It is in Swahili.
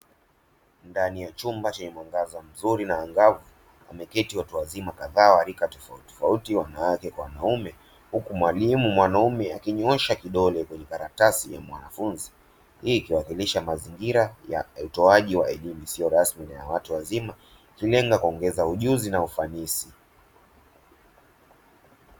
Ndani ya chumba chenye mwanga mzuri na ang'avu wameketi watu waziima kadhaa walika tofauti tofauti wanawake kwa wanaume huku mwalimu mwanaume akinyoosha kidole kwenye karatasi ya mwanafunzi, Hii ikiwakilisha mazingira ya utoaji wa elimu isiyo rasmi na yawatu wazima inayoenda kuongeza ujuzi na ufanisi.